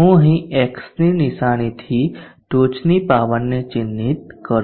હું અહીં x ની નિશાનીથી ટોચની પાવરને ચિહ્નિત કરું